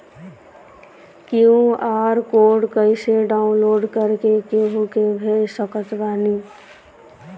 QR code कइसे download कर के केहु के भेज सकत बानी?